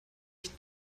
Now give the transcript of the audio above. ich